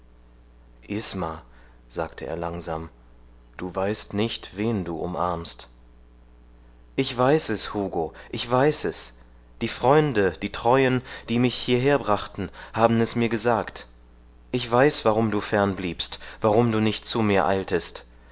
isma sagte er langsam du weißt nicht wen du umarmst ich weiß es hugo ich weiß es die freunde die treuen die mich hierherbrachten haben es mir gesagt ich weiß warum du fernbliebst warum du nicht zu mir eiltest